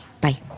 Bye